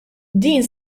din